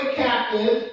captive